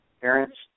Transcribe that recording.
parents